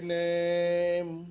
name